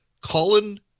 Colin